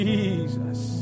Jesus